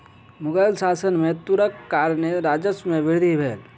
मुग़ल शासन में तूरक कारणेँ राजस्व में वृद्धि भेल